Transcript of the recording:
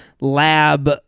lab